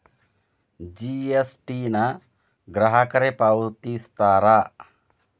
GST ನ ಗ್ರಾಹಕರೇ ಪಾವತಿಸ್ತಾರಾ